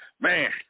man